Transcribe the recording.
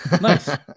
Nice